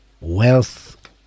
wealth